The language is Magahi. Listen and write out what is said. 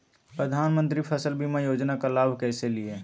प्रधानमंत्री फसल बीमा योजना का लाभ कैसे लिये?